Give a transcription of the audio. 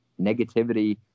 negativity